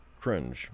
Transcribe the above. cringe